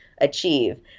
achieve